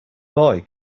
boy